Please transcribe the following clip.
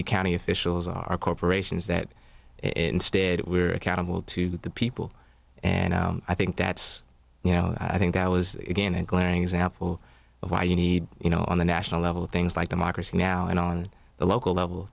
be county officials are corporations that it instead we are accountable to the people and i think that's you know i think i was again a glaring example of why you need you know on the national level things like democracy now and on the local level